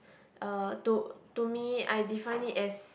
uh to to me I define it as